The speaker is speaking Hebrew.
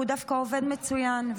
והוא דווקא עובד מצוין,